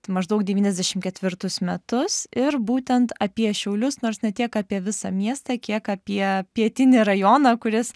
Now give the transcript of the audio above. tai maždaug devyniasdešim ketvirtus metus ir būtent apie šiaulius nors ne tiek apie visą miestą kiek apie pietinį rajoną kuris